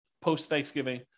post-Thanksgiving